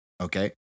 Okay